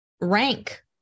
rank